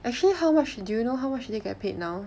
actually how much do you know how much do they get paid now